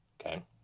Okay